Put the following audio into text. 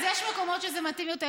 אז יש מקומות שזה מתאים יותר,